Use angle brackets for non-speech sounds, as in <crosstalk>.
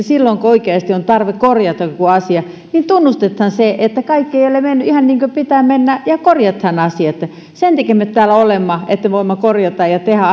<unintelligible> silloin kun oikeasti on tarve korjata joku asia se tarkoittaa sitä että tunnustetaan se että kaikki ei ole mennyt ihan niin kuin pitää mennä ja korjataan asia sen takia me täällä olemme että voimme korjata ja tehdä <unintelligible>